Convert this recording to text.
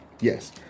Yes